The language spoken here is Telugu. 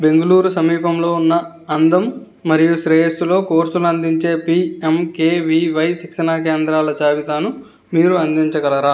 బెంగుళూరు సమీపంలో ఉన్న అందం మరియు శ్రేయస్సులో కోర్సులు అందించే పీఎమ్కేవివై శిక్షణా కేంద్రాల జాబితాను మీరు అందించగలరా